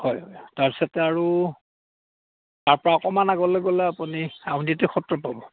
হয় হয় তাৰপিছতে আৰু তাৰপৰা অকমান আগলৈ গ'লে আপুনি আউনীআটি সত্ৰ পাব